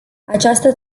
această